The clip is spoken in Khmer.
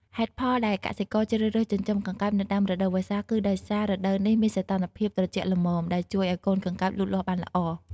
ហេតុផលដែលកសិករជ្រើសរើសចិញ្ចឹមកង្កែបនៅដើមរដូវវស្សា គឺដោយសាររដូវនេះមានសីតុណ្ហភាពត្រជាក់ល្មម ដែលជួយឲ្យកូនកង្កែបលូតលាស់បានល្អ។